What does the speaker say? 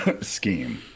scheme